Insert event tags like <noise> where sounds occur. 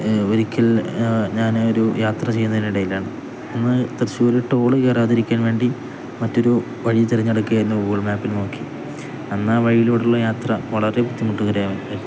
ഒരിക്കൽ ഞാന് ഒരു യാത്ര ചെയ്യുന്നതിനിടയിലാണ് അന്ന് തൃശ്ശൂര് ടോള് കയറാതിരിക്കാൻ വേണ്ടി മറ്റൊരു വഴി തിരഞ്ഞെടുക്കുകയായിരുന്നു ഗൂഗിൾ മാപ്പിൽ നോക്കി എന്നാല് ആ വഴിയിലൂടെയുള്ള യാത്ര വളരെ ബുദ്ധിമുട്ട് <unintelligible> രുന്നു